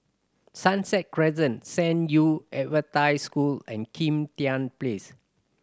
Sunset Crescent San Yu Adventist School and Kim Tian Place